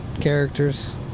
characters